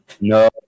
No